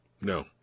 No